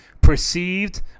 perceived